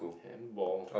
handball